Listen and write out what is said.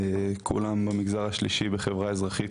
כולן במגזר השלישי בחברה אזרחית,